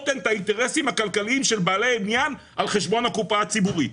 האינטרסים הכלכליים של בעלי עניין על חשבון הקופה הציבורית,